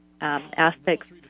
aspects